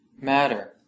matter